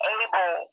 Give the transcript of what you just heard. able